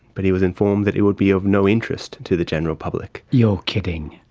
but he was informed that it would be of no interest to the general public. you're kidding!